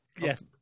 Yes